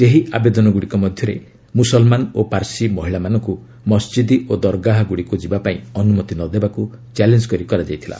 ସେହି ଆବେଦନଗୁଡ଼ିକ ମଧ୍ୟରେ ମୁସଲ୍ମାନ ଓ ପାର୍ଶି ମହିଳାମାନଙ୍କୁ ମସ୍ଜିଦ୍ ଓ ଦର୍ଘାଗୁଡ଼ିକୁ ଯିବାପାଇଁ ଅନୁମତି ନ ଦେବାକୁ ଚ୍ୟାଲେଞ୍ କରି କରାଯାଇଥିଲା